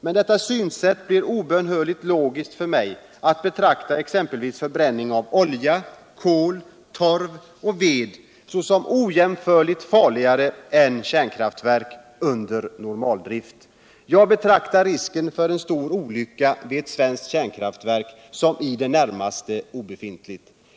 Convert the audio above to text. Med detta synsätt blir det obönhörligt logiskt för mig att betrakta exempelvis förbränning av olja, kol, torv, ved som ojämförligt farligare än kärnkraftverk under normaldrift. ——-- Jag betraktar risken för en stor olycka vid ett svenskt kärnkraftverk som i det närmaste obefintlig.